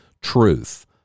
truth